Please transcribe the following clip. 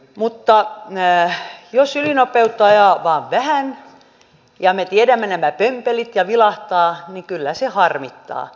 mutta jos ylinopeutta ajaa vain vähän ja me tiedämme nämä pömpelit vilahtaa niin kyllä se harmittaa